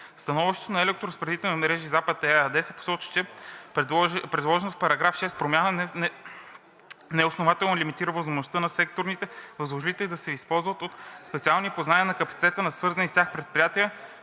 становището на „Електроразпределителни мрежи Запад“ ЕАД се посочва, че предложената в § 6 промяна неоснователно лимитира възможността на секторните възложители да се ползват от специалните познания и капацитета на свързаните с тях предприятия